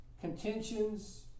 contentions